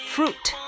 Fruit